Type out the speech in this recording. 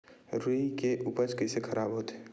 रुई के उपज कइसे खराब होथे?